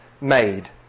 made